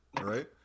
Right